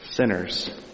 Sinners